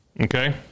Okay